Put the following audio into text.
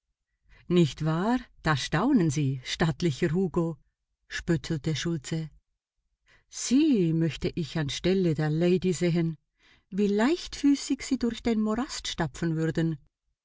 nicht wahr da staunen sie stattlicher hugo spöttelte schultze sie möchte ich an stelle der lady sehen wie leichtfüßig sie durch den morast stapfen würden